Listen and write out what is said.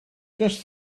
just